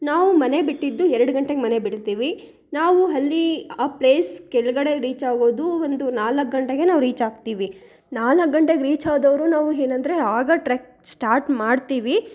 ನಾವು ಮನೆ ಬಿಟ್ಟಿದ್ದು ಎರಡು ಗಂಟೆಗೆ ಮನೆ ಬಿಡುತ್ತೀವಿ ನಾವು ಅಲ್ಲಿ ಆ ಪ್ಲೇಸ್ ಕೆಳಗಡೆ ರೀಚ್ ಆಗೋದು ಒಂದು ನಾಲ್ಕು ಗಂಟೆಗೆ ನಾವು ರೀಚ್ ಆಗ್ತೀವಿ ನಾಲ್ಕು ಗಂಟೆಗೆ ರೀಚ್ ಆದವರು ನಾವು ಏನಂದ್ರೆ ಆಗ ಟ್ರೆಕ್ ಸ್ಟಾರ್ಟ್ ಮಾಡ್ತೀವಿ